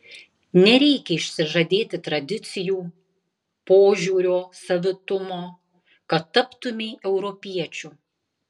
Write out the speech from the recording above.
nereikia išsižadėti tradicijų požiūrio savitumo kad taptumei europiečiu